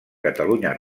catalunya